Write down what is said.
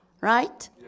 right